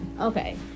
okay